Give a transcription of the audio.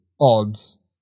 odds